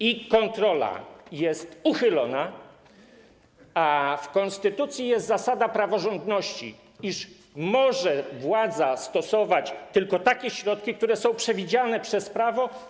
Ich kontrola jest uchylona, a w konstytucji jest zasada praworządności oznaczająca, iż władza może stosować tylko takie środki, które są przewidziane przez prawo.